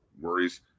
worries